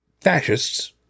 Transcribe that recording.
fascists